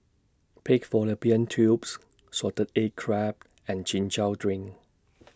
Pig Fallopian Tubes Salted Egg Crab and Chin Chow Drink